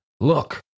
Look